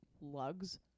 lugs